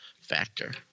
factor